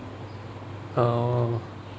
ah